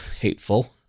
hateful